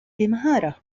بمهارة